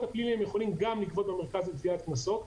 הפליליים יכולים לגבות גם במרכז לגביית קנסות.